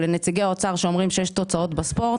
לנציגי האוצר שאומרים שיש תוצאות בספורט,